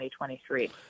2023